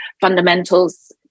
fundamentals